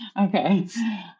Okay